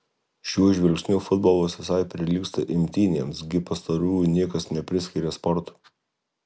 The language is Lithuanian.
šiuo žvilgsniu futbolas visai prilygsta imtynėms gi pastarųjų niekas nepriskiria sportui